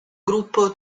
gruppo